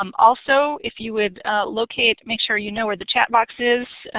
um also, if you would locate, make sure you know where the chat box is.